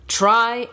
try